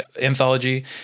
anthology